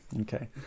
Okay